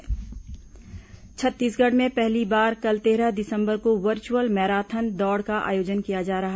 virtual marathon Chhattisgarh में पहली बार कल तेरह दिसंबर को वर्चुअल मैराथन दौड़ का आयोजन किया जाएगा